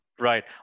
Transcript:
Right